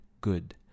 good